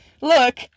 Look